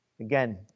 again